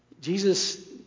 Jesus